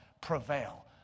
prevail